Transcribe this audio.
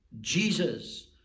Jesus